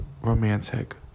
romantic